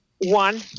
one